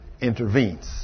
intervenes